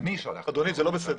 אדוני, זה לא בסדר.